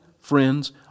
friends